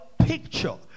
picture